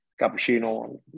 cappuccino